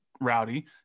rowdy